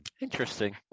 Interesting